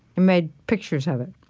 made pictures of it.